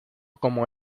como